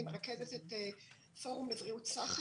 אני מרכזת את הפורום לבריאות סאחה,